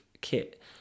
kit